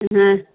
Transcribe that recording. হ্যাঁ